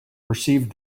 perceived